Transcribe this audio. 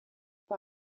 par